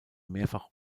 mehrfach